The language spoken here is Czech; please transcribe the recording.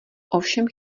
ovšem